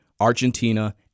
Argentina